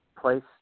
place